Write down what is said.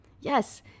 Yes